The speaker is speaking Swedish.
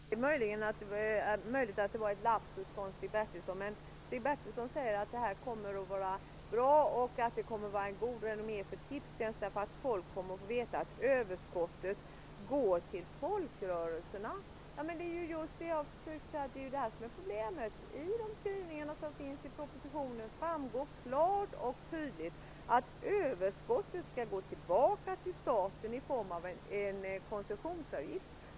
Herr talman! Det är möjligt att det var en lapsus av Stig Bertilsson, när han sade att affären kommer att bli bra och att den kommer att ge gott renommé för Tipstjänst, därför att människor kommer att veta att överskottet går till folkrörelserna. Jag har just försökt att säga att problemet är att det i propositionens skrivningar klart och tydligt framgår att överskottet skall gå tillbaka till staten i form av en koncessionsavgift.